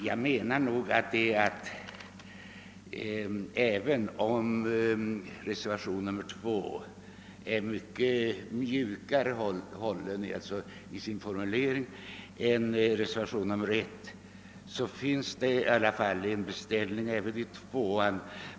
Jag menar att även om reservationen 2 är mycket mjukare hållen i sin formulering än reservationen 1 finns det i alla fall en beställning även i den.